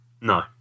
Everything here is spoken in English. No